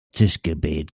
tischgebet